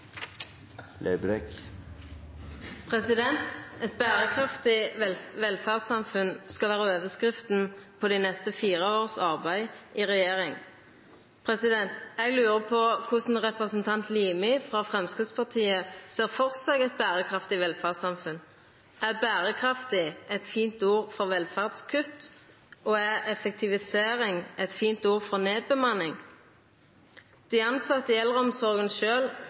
seg eit berekraftig velferdssamfunn? Er «berekraftig» eit fint ord for velferdskutt? Og er «effektivisering» eit fint ord for nedbemanning? Dei tilsette i eldreomsorga